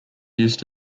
used